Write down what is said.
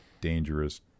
dangerous